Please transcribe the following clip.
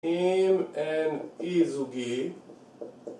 אם אין אי־זוגי